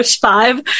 five